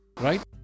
Right